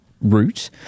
route